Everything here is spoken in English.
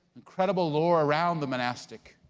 incredible lore around the monastic.